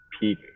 peak